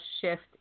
shift